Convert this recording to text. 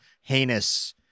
heinous